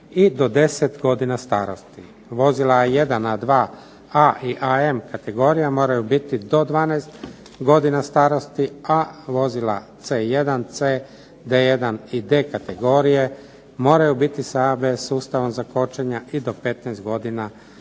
i do 10 godina starosti vozila A1, A2, A i AM kategorija moraju biti do 12 godina starosti, a vozila C1, C, D1 i D kategorije moraju biti sa ABS sustavom za kočenje i do 15 godina starosti.